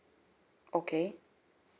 okay